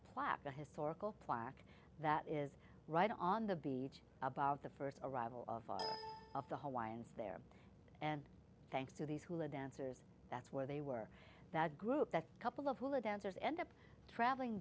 plaque a historical plaque that is right on the beach about the first arrival of the hawaiians there and thanks to these hula dancers that's where they were that group that couple of hula dancers end up traveling